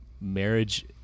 marriage